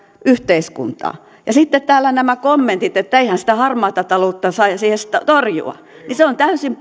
yhteiskuntaan sitten täällä nämä kommentit että eihän sitä harmaata taloutta saisi edes torjua ovat täysin